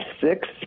six